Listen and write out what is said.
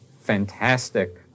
fantastic